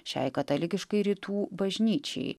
šiai katalikiškai rytų bažnyčiai